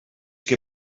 que